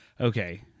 Okay